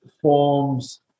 forms